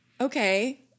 Okay